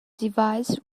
device